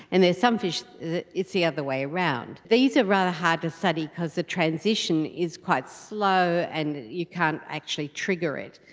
and there is some fish that it's the other way around. these are rather hard to study because the transition is quite slow and you can't actually trigger it,